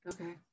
okay